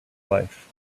life